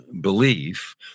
belief